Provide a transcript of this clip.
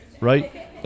right